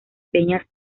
peñas